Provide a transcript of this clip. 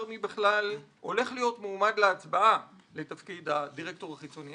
מי בכלל הולך להיות מועמד להצבעה לתפקיד הדירקטור החיצוני.